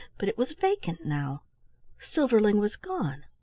but it was vacant now silverling was gone.